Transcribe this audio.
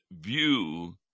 view